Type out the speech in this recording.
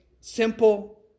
simple